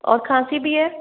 और खांसी भी है